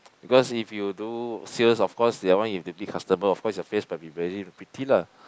because if you do sales of course that one you need to meet customer of course your face must be very pretty lah